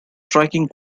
striking